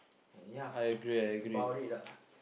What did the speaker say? and yeah that's about it lah